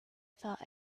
felt